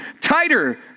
tighter